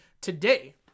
today